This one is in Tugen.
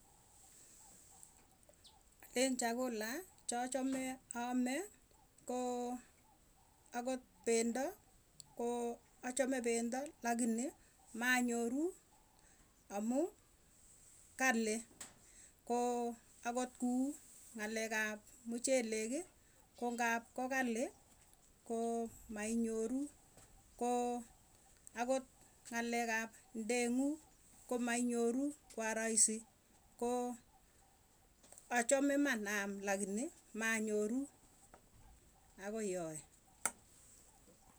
Alen chakula chachame aame koo, akot pendo koo achame pendo lakini manyoru, amuu kali koo akot kuu ng'alek ap mucheleki ko ngapko kali ko mainyoru. Koo akot ng'alek ap ndeng'uu komainyoruu, kwa rahisi koo achame maan aam lakini manyoru akoi yoe.